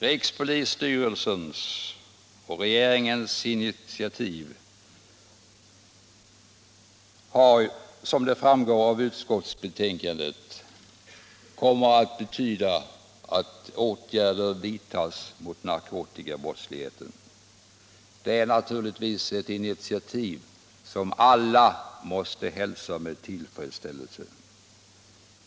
Rikspolisstyrelsens och regeringens initiativ kommer, som framgår av utskottsbetänkandet, att medföra att åtgärder vidtas mot narkotikabrottsligheten. Det är naturligtvis initiativ som alla måste hälsa med tillfredsställelse.